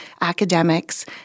academics